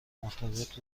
مرتبط